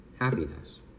happiness